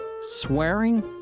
swearing